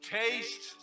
taste